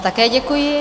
Také děkuji.